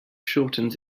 shortens